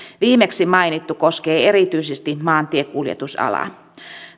viimeksi mainittu koskee erityisesti maantiekuljetusalaa